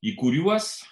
į kuriuos